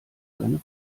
seine